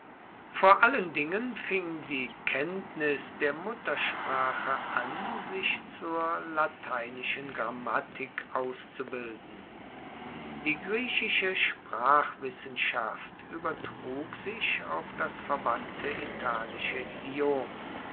vor allen dingen fing die kenntnis der muttersprache an sich zur lateinischen grammatik auszubilden die griechische sprachwissenschaft uebertrug sich auf das verwandte italische idiom